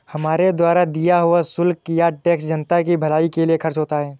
हमारे द्वारा दिया हुआ शुल्क या टैक्स जनता की भलाई के लिए खर्च होता है